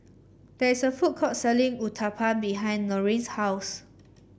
there is a food court selling Uthapam behind Norine's house